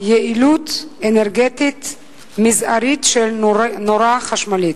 יעילות אנרגטית מזערית של נורה חשמלית.